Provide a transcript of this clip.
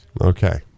Okay